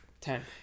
ten